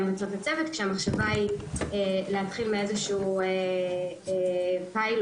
הצוות, כשהמחשבה היא להתחיל מאיזשהו פיילוט.